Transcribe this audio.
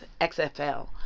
XFL